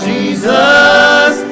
Jesus